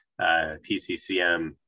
PCCM